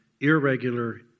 irregular